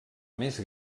més